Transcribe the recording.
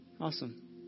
Awesome